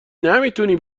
نمیتونی